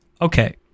Okay